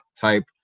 type